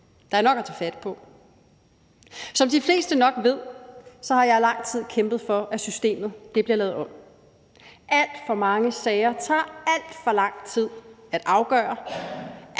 der er nok at tage fat på. Som de fleste nok ved, har jeg i lang tid kæmpet for, at systemet bliver lavet om. Alt for mange sager tager alt for lang tid at afgøre;